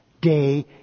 day